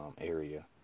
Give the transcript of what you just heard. area